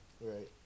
Right